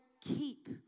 keep